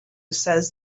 says